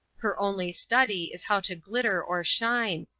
her only study is how to glitter or shine,